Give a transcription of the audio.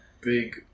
big